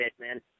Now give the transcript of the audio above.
man